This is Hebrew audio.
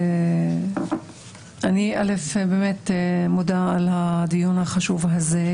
אני מודה על הדיון החשוב הזה,